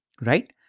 right